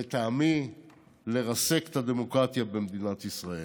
לטעמי, לרסק את הדמוקרטיה במדינת ישראל.